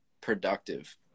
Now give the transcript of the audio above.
productive